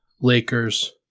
Lakers